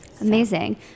Amazing